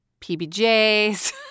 PBJ's